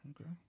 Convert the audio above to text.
Okay